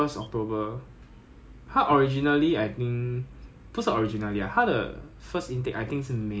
so after that 因为你 thirty first October it as good as November 你家两个 months 就是就是 January 了 what